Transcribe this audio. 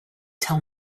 tell